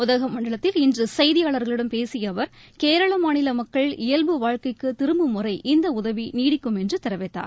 உதகமண்டலத்தில் இன்று செய்தியாளர்களிடம் பேசிய அவர் கேரள மாநில மக்கள் இயல்பு வாழ்க்கைக்கு திரும்பும் வரை இந்த உதவி நீடிக்கும் என்று தெரிவித்தார்